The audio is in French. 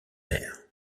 mère